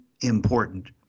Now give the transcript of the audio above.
important